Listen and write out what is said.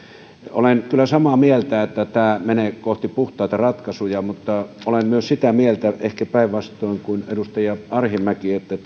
olen kyllä samaa mieltä että tämä menee kohti puhtaita ratkaisuja mutta olen myös sitä mieltä ehkä päinvastoin kuin edustaja arhinmäki että